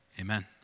Amen